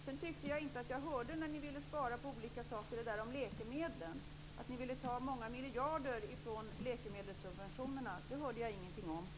Jag tyckte inte att jag hörde det där om läkemedlen när det gällde att ni ville spara på olika saker, att ni ville ta många miljarder från läkemedelssubventionerna. Det hörde jag ingenting om.